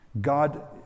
God